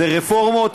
זה רפורמות,